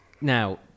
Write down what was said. Now